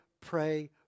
pray